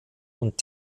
und